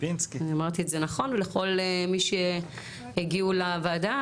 ולכל מי שהגיעו לוועדה,